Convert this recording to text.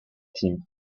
team